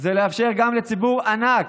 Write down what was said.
זה לאפשר גם לציבור ענק,